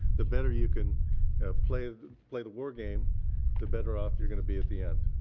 the better you can play the play the word game the better off you're going to be at the end.